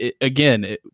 again